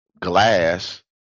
glass